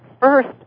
first